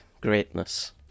greatness